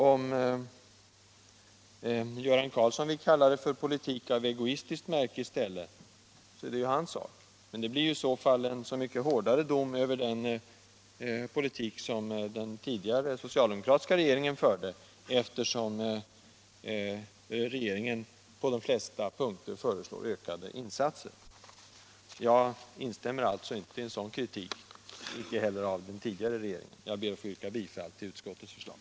Om Göran Karlsson i stället vill kalla det för ”politik av egoistiskt märke” så är det hans sak, men det blir i så fall en så mycket hårdare dom över den politik som den socialdemokratiska regeringen förde, eftersom den nya regeringen på de flesta punkter föreslår ökade insatser. Jag instämmer alltså inte i en sådan karakteristik, inte heller av den tidigare regeringen. Jag ber att få yrka bifall till utskottets förslag.